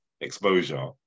exposure